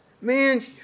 man